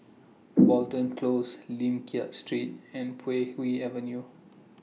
Watten Close Lim Liak Street and Puay Hee Avenue